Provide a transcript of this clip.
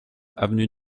avenue